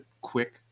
quick